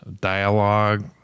dialogue